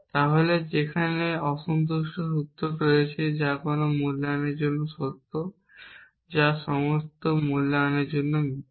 তাহলে সেখানে অসন্তুষ্ট সূত্র রয়েছে যা যে কোনো মূল্যায়নের জন্য সত্য যা সমস্ত মূল্যায়নের জন্য মিথ্যা